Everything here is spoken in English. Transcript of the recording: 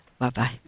Bye-bye